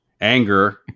Anger